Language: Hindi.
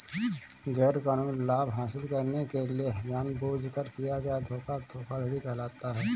गैरकानूनी लाभ हासिल करने के लिए जानबूझकर किया गया धोखा धोखाधड़ी कहलाता है